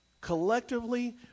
collectively